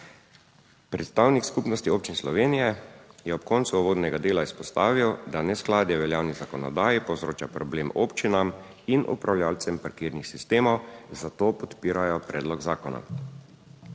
Predstavnik Skupnosti občin Slovenije je ob koncu uvodnega dela izpostavil, da neskladje v veljavni zakonodaji povzroča problem občinam in upravljavcem parkirnih sistemov, zato podpirajo predlog zakona.